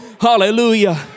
Hallelujah